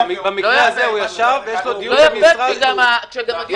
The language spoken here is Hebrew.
גם אתמול וגם שלשום וגם שבוע שעבר,